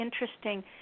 interesting